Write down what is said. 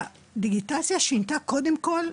הדיגיטציה שינתה קודם כל,